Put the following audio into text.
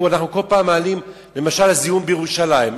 למשל הזיהום בירושלים.